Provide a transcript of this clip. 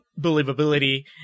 believability